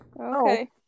Okay